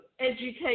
education